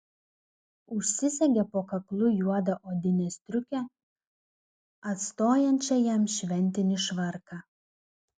užsisegė po kaklu juodą odinę striukę atstojančią jam šventinį švarką